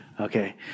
Okay